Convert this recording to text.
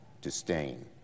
disdain